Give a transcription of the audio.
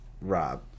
Rob